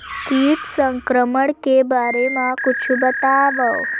कीट संक्रमण के बारे म कुछु बतावव?